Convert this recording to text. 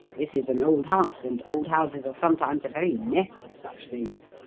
this is an old house, and old houses are sometimes a very nest of such things.